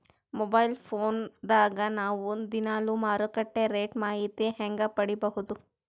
Mobile phone ದಾಗ ನಾವು ದಿನಾಲು ಮಾರುಕಟ್ಟೆ ರೇಟ್ ಮಾಹಿತಿ ಹೆಂಗ ಪಡಿಬಹುದು?